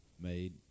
made